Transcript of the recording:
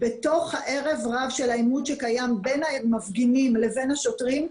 בתוך הערב רב של העימות שקיים בין המפגינים לבין השוטרים,